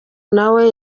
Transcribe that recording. nawe